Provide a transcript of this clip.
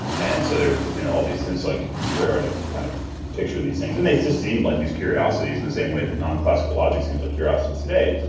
and so there's you know all these it's like very very hard to kind of picture these things. and they just seemed like these curiosities in the same way that non-classical logic seems like curiosities today.